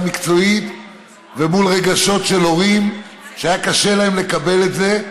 מקצועית ומול רגשות של הורים שהיה קשה להם לקבל את זה.